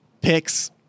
picks